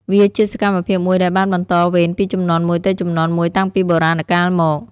វាជាសកម្មភាពមួយដែលបានបន្តវេនពីជំនាន់មួយទៅជំនាន់មួយតាំងពីបុរាណកាលមក។